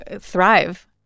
thrive